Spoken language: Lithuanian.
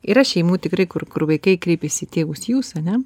yra šeimų tikrai kur kur vaikai kreipiasi į tėvus jūs ane